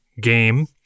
game